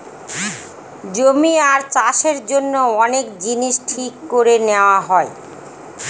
জমি আর চাষের জন্য অনেক জিনিস ঠিক করে নেওয়া হয়